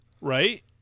Right